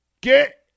Get